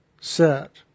set